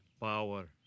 power